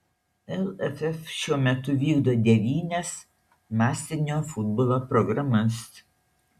lff šiuo metu vykdo devynias masinio futbolo programas